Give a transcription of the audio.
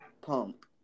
Pump